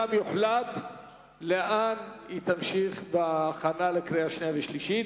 ושם יוחלט לאן היא תמשיך להכנה לקריאה שנייה וקריאה שלישית.